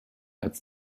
als